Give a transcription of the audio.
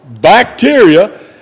bacteria